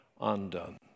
undone